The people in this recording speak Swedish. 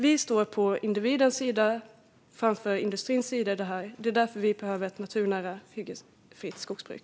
Vi står på individens sida snarare än industrins sida i det här. Det är därför vi behöver ett naturnära hyggesfritt skogsbruk.